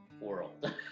world